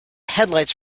headlights